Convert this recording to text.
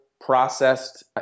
processed